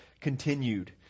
continued